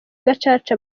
gacaca